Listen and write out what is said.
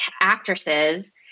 actresses